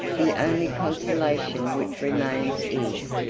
the only consolation which remains is,